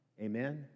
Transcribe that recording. amen